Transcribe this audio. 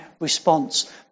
response